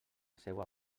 seua